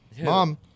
Mom